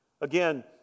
Again